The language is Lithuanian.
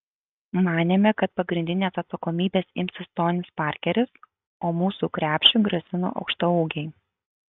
manėme kad pagrindinės atsakomybės imsis tonis parkeris o mūsų krepšiui grasino aukštaūgiai